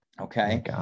Okay